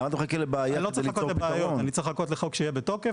אני לא צריך לחכות לבעיות; אני צריך לחכות לחוק שיהיה בתוקף,